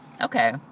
Okay